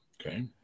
Okay